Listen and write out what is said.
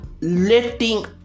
lifting